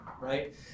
right